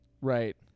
Right